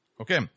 Okay